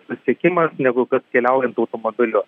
susiekimas negu kad keliaujant automobiliu